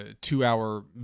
two-hour